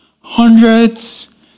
hundreds